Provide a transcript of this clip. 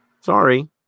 Sorry